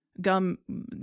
Gum